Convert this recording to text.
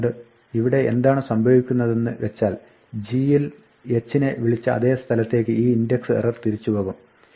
അതുകൊണ്ട് ഇവിടെ എന്താണ് സംഭവിക്കുന്നതെന്ന് വെച്ചാൽ g യിൽ h നെ വിളിച്ച സ്ഥലത്തേക്ക് ഈ ഇൻഡക്സ് എറർ തിരിച്ചുപോകും